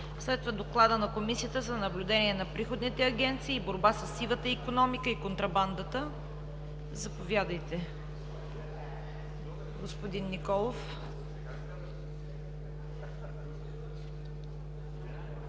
Следва Доклада на Комисията за наблюдение на приходните агенции и борба със сивата икономика и контрабандата. Заповядайте, господин Николов